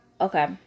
okay